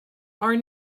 are